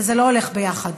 וזה לא הולך יחד.